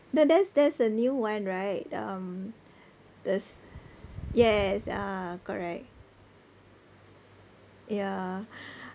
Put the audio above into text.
no there's there's a new one right um there's yes ah correct ya